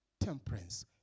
temperance